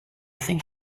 think